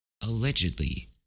Allegedly